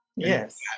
Yes